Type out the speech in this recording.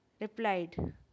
replied